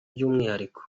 by’umwihariko